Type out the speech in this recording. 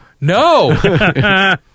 No